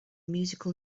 musical